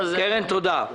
תודה.